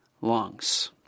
lungs